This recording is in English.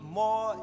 more